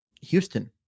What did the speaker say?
houston